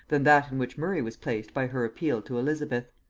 than that in which murray was placed by her appeal to elizabeth.